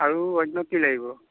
আৰু অন্য কি লাগিব